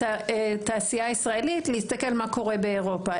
התעשייה הישראלית לראות מה קורה באירופה.